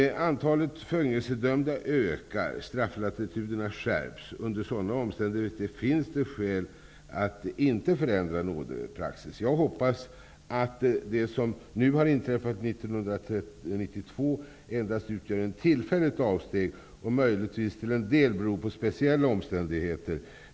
Antalet fängelsedömda ökar. Strafflatituderna skärps. Under sådana omständigheter finns det skäl att inte förändra nådepraxis. Jag hoppas att det som har inträffat 1992 endast utgör ett tillfälligt avsteg och möjligtvis till en del beror på speciella omständigheter.